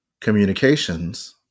communications